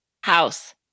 House